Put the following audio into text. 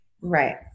right